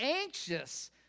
anxious